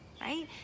right